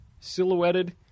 silhouetted